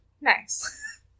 Nice